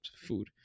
food